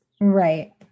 Right